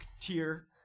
tier